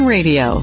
Radio